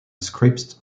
scripts